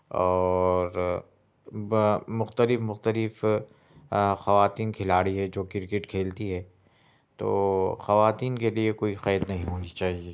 اور بہ مختلف مختلف خواتین کھلاڑی ہے جو کرکٹ کھیلتی ہے تو خواتین کے لیے کوئی قید نہیں ہونی چاہیے